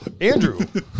Andrew